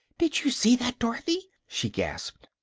did you see that, dorothy? she gasped.